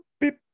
beep